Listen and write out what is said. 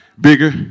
bigger